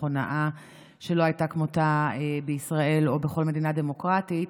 הונאה שלא הייתה כמותה בישראל או בכל מדינה דמוקרטית,